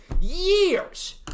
years